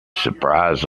surprise